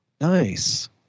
Nice